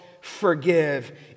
forgive